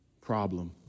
problem